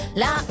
la